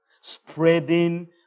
Spreading